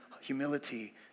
humility